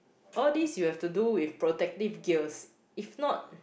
all these you have to do with protective gears if not